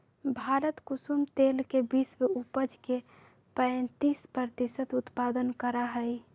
भारत कुसुम तेल के विश्व उपज के पैंतीस प्रतिशत उत्पादन करा हई